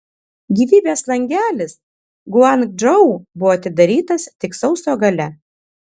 gyvybės langelis guangdžou buvo atidarytas tik sausio gale